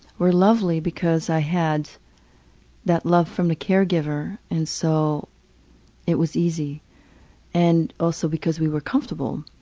were lovely because i had that love from the caregiver and so it was easy and also because we were comfortable.